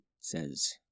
says